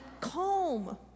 calm